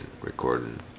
recording